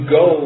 go